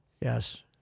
Yes